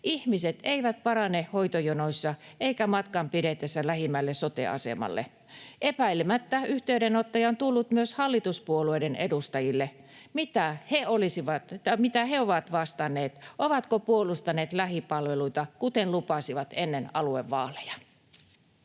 Ihmiset eivät parane hoitojonoissa eivätkä matkan pidetessä lähimmälle sote-asemalle. Epäilemättä yhteydenottoja on tullut myös hallituspuolueiden edustajille. Mitä he ovat vastanneet? Ovatko puolustaneet lähipalveluita, kuten lupasivat ennen aluevaaleja?